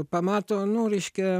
pamato nu reiškia